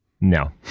No